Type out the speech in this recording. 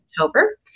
October